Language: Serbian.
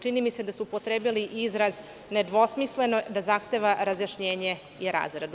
Čini mi se da su upotrebili izraz – nedvosmisleno zahteva razjašnjenje i razradu.